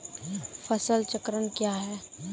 फसल चक्रण कया हैं?